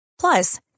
Plus